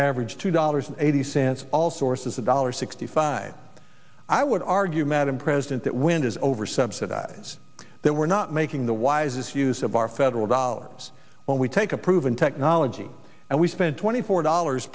average two dollars eighty cents all source is a dollar sixty five i would argue madam president that wind is over subsidize that we're not making the wisest use of our federal dollars when we take a proven technology and we spend twenty four dollars